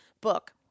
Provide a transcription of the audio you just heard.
book